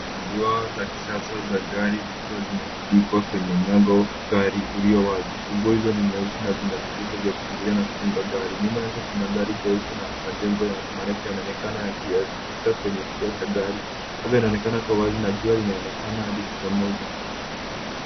Funguo za kisasa za gari zikiwa zimetundikwa kwenye mlango wa gari ulio wazi. Funguo hizo ni nyeusi na vina vitufe vya kufungulia na kufunga gari. Nyuma yake kuna gari jeupe na majengo marefu yanaonekana yakiakisi kwenye kioo cha gari. Anga inaonekana kuwa wazi na jua linaonekana likichomoza.